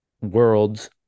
worlds